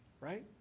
right